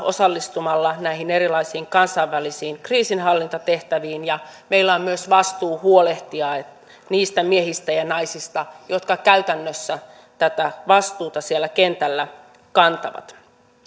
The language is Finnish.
osallistumalla näihin erilaisiin kansainvälisiin kriisinhallintatehtäviin ja meillä on myös vastuu huolehtia niistä miehistä ja naisista jotka käytännössä tätä vastuuta siellä kentällä kantavat